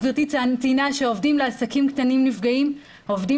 גברתי ציינה שעובדים בעסקים קטנים נפגעים עובדים